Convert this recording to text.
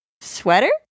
sweater